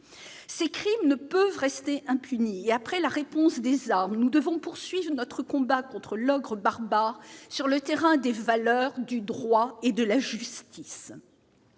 ces crimes ne peuvent rester impunis après la réponse des armes, nous devons poursuivre notre combat contre l'ogre barbares sur le terrain des valeurs du droit et de la justice